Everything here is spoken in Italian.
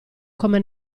come